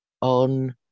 on